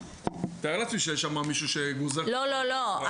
אני מתאר לעצמי שיש שם מישהו --- לא, לא, לא.